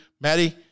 Maddie